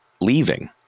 leaving